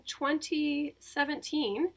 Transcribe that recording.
2017